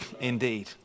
indeed